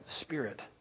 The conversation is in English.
spirit